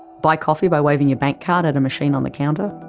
buy coffee by waving your bank card at a machine on a counter?